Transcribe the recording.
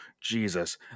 Jesus